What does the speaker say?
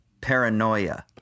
paranoia